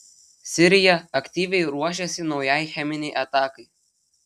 sirija aktyviai ruošėsi naujai cheminei atakai